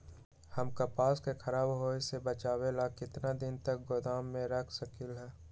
हम कपास के खराब होए से बचाबे ला कितना दिन तक गोदाम में रख सकली ह?